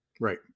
Right